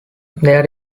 there